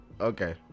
Okay